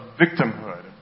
victimhood